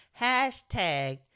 hashtag